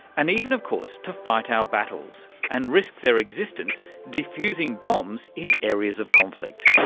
and even, of course, to fight our battles and risk their existence defusing bombs in areas of conflict.